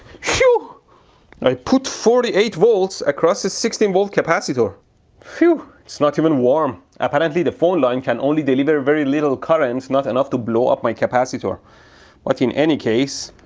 so i put forty eight volts across this sixteen volt capacitor whew, it's not even warm. apparently the phone line can only deliver very little current, not enough to blow up my capacitor but in any case,